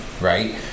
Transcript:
right